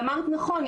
ואמרת נכון,